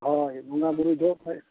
ᱦᱳᱭ ᱵᱚᱸᱜᱟ ᱵᱩᱨᱩ ᱡᱚᱦᱚᱜ ᱠᱷᱚᱡ